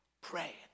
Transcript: pray